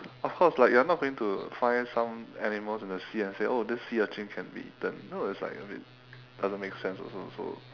of course like you're not going to find some animals in the sea and say oh this sea urchin can be eaten no it's like a bit doesn't make sense also so